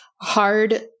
hard